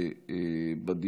טוב,